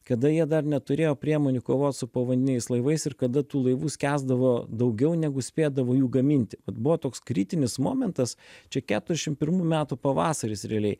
kada jie dar neturėjo priemonių kovot su povandeniniais laivais ir kada tų laivų skęsdavo daugiau negu spėdavo jų gaminti vat buvo toks kritinis momentas čia keturiasdešim pirmų metų pavasaris realiai